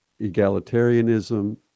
egalitarianism